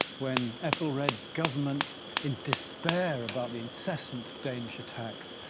when ethelred's government in despair about the incessant danish attacks,